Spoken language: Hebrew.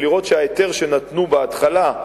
ולראות שההיתר שנתנו בהתחלה,